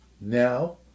Now